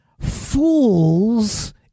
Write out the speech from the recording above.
fools